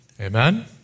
Amen